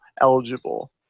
eligible